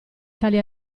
tali